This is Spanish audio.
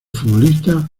futbolista